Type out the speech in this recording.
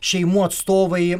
šeimų atstovai